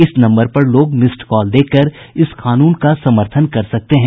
इस नम्बर पर लोग मिस्ड कॉल देकर इस कानून का समर्थन कर सकते हैं